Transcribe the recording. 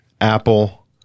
Apple